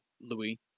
Louis